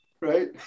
right